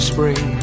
Spring